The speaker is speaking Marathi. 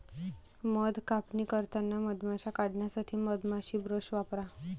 मध कापणी करताना मधमाश्या काढण्यासाठी मधमाशी ब्रश वापरा